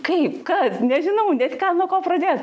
kaip kas nežinau net ką nuo ko pradėt